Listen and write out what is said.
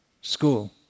school